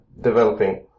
developing